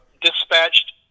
dispatched